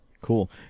Cool